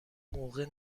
موقع